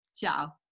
Ciao